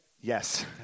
Yes